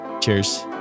Cheers